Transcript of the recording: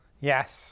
Yes